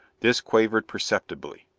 this quivered perceptibly.